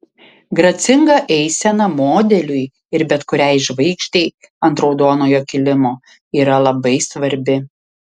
gracinga eisena modeliui ir bet kuriai žvaigždei ant raudonojo kilimo yra labai svarbi